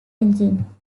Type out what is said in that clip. engine